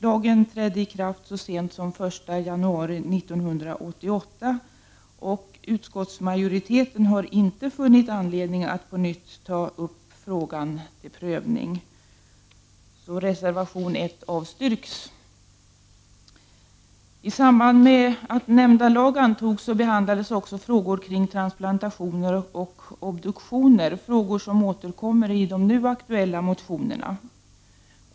Lagen trädde i kraft så sent som den 1 januari 1988. Utskottsmajoriteten har inte funnit anledning att på nytt ta upp frågan till prövning. Reservation 1 avstyrks. I samband med att nämnda lag antogs behandlades också frågor kring transplantationer och obduktioner, frågor som återkommer i de nu aktuella motionerna.